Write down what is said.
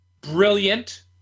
brilliant